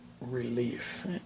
relief